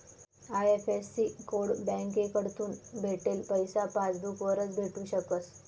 IFSC code बँककडथून भेटेल पैसा पासबूक वरच भेटू शकस